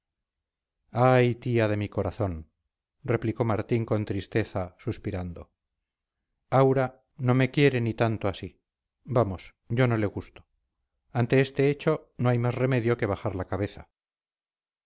ay tía de mi corazón replicó martín con tristeza suspirando aura no me quiere ni tanto así vamos yo no le gusto ante este hecho no hay más remedio que bajar la cabeza